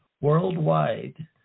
worldwide